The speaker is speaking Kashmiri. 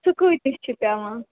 سُہ کۭتِس چھُ پیٚوان